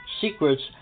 secrets